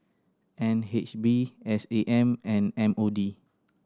N H B S A M and M O D